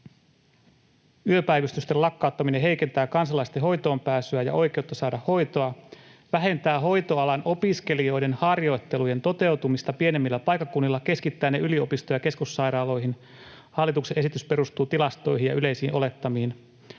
”Yöpäivystysten lakkauttaminen heikentää kansalaisten hoitoonpääsyä ja oikeutta saada hoitoa.” ”Vähentää hoitoalan opiskelijoiden harjoittelujen toteutumista pienemmillä paikkakunnilla ja keskittää ne yliopisto- ja keskussairaaloihin.” ”Hallituksen esitys perustuu tilastoihin ja yleisiin olettamiin.”